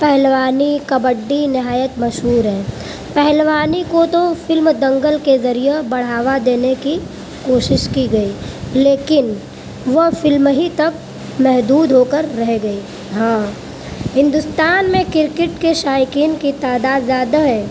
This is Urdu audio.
پہلوانی کبڈی نہایت مشہور ہے پہلوانی کو تو فلم دنگل کے ذریعہ بڑھاوا دینے کی کوشش کی گئی لیکن وہ فلم ہی تک محدود ہو کر رہ گئی ہاں ہندوستان میں کرکٹ کے شائقین کی تعداد زیادہ ہے